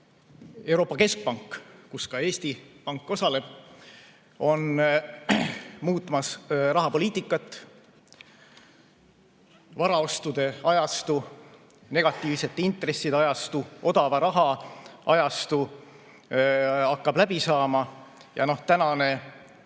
Euroopa Keskpank, [mille tegevuses] ka Eesti Pank osaleb, on muutmas rahapoliitikat. Varaostude ajastu, negatiivsete intresside ajastu, odava raha ajastu hakkab läbi saama. Tänane